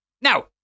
now